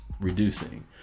reducing